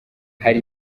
hari